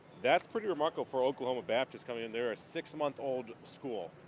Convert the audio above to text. that's pretty remarkable for oklahoma baptist coming in, they're a six month old school,